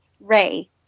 ray